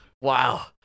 wow